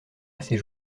assez